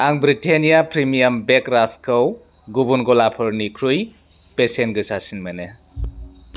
आं Britannia premium bake रास्कखौ गुबुन गलाफोरनिख्रुइ बेसेन गोसासिन मोनो